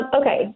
Okay